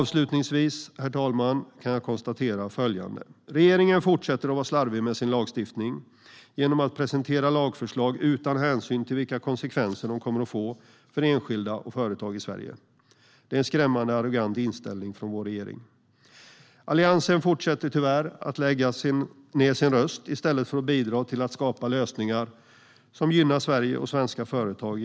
Avslutningsvis kan jag konstatera att regeringen fortsätter att vara slarvig med sin lagstiftning, genom att presentera lagförslag utan hänsyn till vilka konsekvenser de kommer att få för enskilda och företag i Sverige. Det är en skrämmande arrogant inställning från vår regering. Alliansen fortsätter tyvärr att lägga ned sin röst i stället för att bidra till att skapa lösningar som gynnar Sverige och svenska företag.